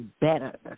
better